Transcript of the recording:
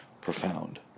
profound